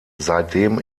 seitdem